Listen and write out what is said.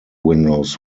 windows